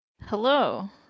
Hello